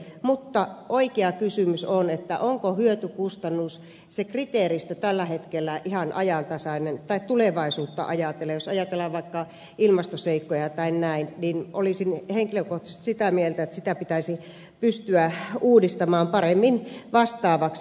mutta oikea kysymys on onko se hyötykustannus kriteeristö tällä hetkellä ihan ajantasainen tai tulevaisuutta ajatellen jos ajatellaan vaikka ilmastoseikkoja tai näin olisin henkilökohtaisesti sitä mieltä että sitä pitäisi pystyä uudistamaan paremmin nykytilannetta vastaavaksi